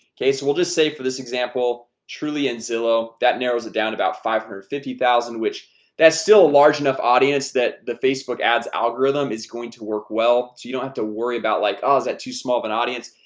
okay, so we'll just say for this example trulia and zillow that narrows it down about five hundred fifty thousand which that's still a large enough audience that the facebook ads algorithm is going to work well, so you don't have to worry about like, oh is that too small of an audience?